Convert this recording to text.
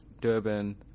Durban